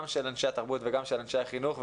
גם את אנשי התרבות וגם את אנשי החינוך.